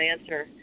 answer